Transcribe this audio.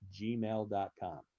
gmail.com